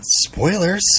Spoilers